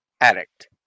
addict